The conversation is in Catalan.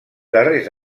darrers